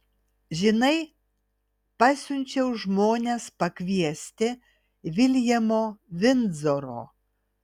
žinai pasiunčiau žmones pakviesti viljamo vindzoro